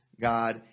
God